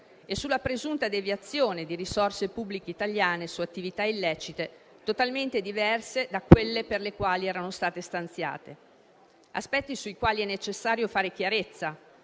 e sulla presunta deviazione di risorse pubbliche italiane su attività illecite, totalmente diverse da quelle per le quali erano state stanziate. Si tratta di aspetti sui quali è necessario fare chiarezza,